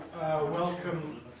Welcome